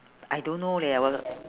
I don't know leh I work